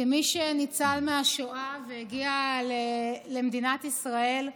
כמי שניצל מהשואה והגיע למדינת ישראל,